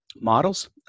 models